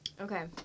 okay